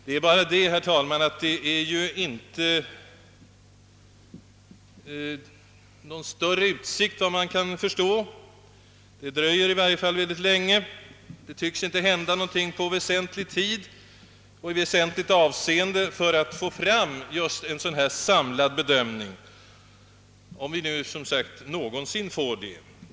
Det är bara det, herr talman, att det inte tycks finnas någon större utsikt, efter vad jag kan förstå, att få fram just en sådan samlad bedömning, det dröjer i varje fall väldigt länge, det tycks inte hända någonting inom rimlig tid och i väsentligt avseende, om vi någonsin får en sådan bedömning.